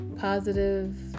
positive